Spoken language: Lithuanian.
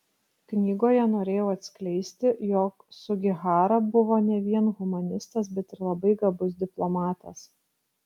knygoje norėjau atskleisti jog sugihara buvo ne vien humanistas bet ir labai gabus diplomatas